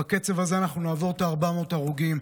בקצב הזה אנחנו נעבור את ה-400 הרוגים.